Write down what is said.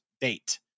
date